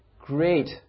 Great